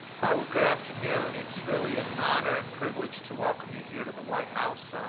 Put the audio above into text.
hi. well, good afternoon. it's really an honor and privilege to welcome you here to the white house.